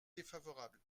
défavorable